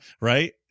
right